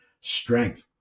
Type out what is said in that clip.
strength